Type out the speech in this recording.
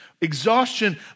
Exhaustion